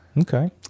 Okay